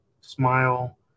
Smile